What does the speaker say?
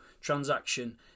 transaction